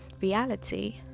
reality